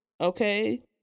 okay